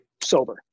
sober